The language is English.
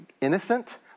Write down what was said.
innocent